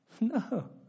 no